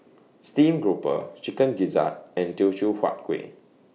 Stream Grouper Chicken Gizzard and Teochew Huat Kueh